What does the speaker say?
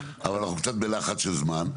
אבל אנחנו קצת בלחץ של זמן.